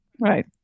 Right